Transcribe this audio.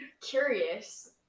Curious